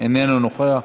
אינו נוכח,